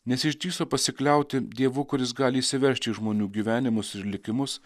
nes išdrįso pasikliauti dievu kuris gali įsiveržti į žmonių gyvenimus ir likimus